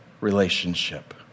relationship